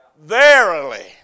Verily